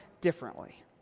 differently